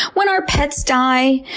when our pets die,